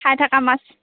খাই থাকা মাছ